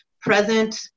present